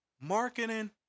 Marketing